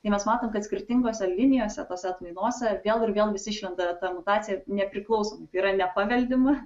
tai mes matom kad skirtingose linijose tose atmainose vėl ir vėl vis išlenda ta mutacija nepriklausoma yra nepaveldima